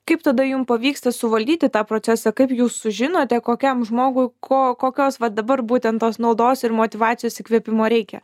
kaip tada jum pavyksta suvaldyti tą procesą kaip jūs sužinote kokiam žmogui ko kokios va dabar būtent tos naudos ir motyvacijos įkvėpimo reikia